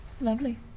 Lovely